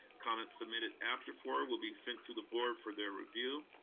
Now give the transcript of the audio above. comments submitted after four will be sent to the board for their review,